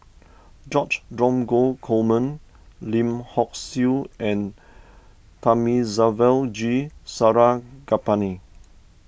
George Dromgold Coleman Lim Hock Siew and Thamizhavel G Sarangapani